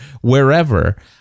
wherever